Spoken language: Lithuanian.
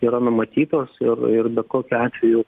yra numatytos ir ir bet kokiu atveju